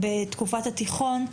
בתקופת התיכון.